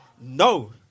No